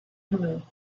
rumeur